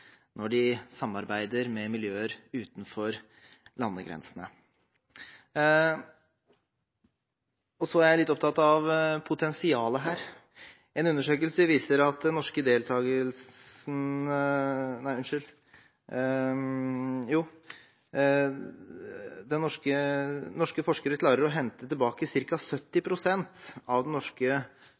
når de samarbeider med miljøer utenfor landegrensene. Jeg er også litt opptatt av potensialet her. En undersøkelse viser at norske forskere klarer å hente tilbake ca. 70 pst. av den norske kontingenten. Det betyr at vi har mer å hente